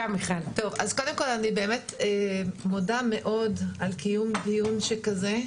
אז קודם כל אני באמת מודה מאוד על קיום דיון שכזה,